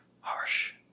Harsh